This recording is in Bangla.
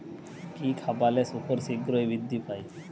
কি খাবালে শুকর শিঘ্রই বৃদ্ধি পায়?